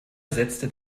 setzte